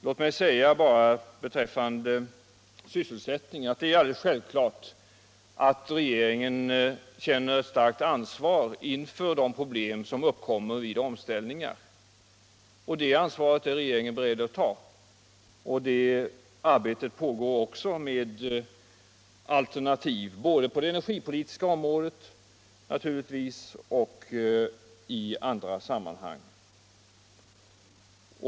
Låt mig beträffande sysselsättningen bara säga att det är alldeles självklart att regeringen känner ett starkt ansvar inför de problem som uppkommer vid omställningar. Det ansvaret är regeringen beredd att ta. Arbetet pågår också med alternativ, både på det energipolitiska området och i; andra sammanhang.